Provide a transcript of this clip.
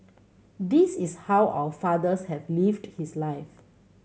this is how our fathers has lived his life